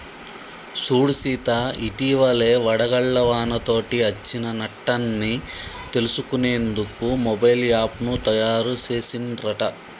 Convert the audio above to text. సూడు సీత ఇటివలే వడగళ్ల వానతోటి అచ్చిన నట్టన్ని తెలుసుకునేందుకు మొబైల్ యాప్ను తాయారు సెసిన్ రట